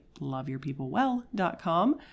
loveyourpeoplewell.com